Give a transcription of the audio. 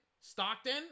Stockton